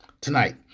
tonight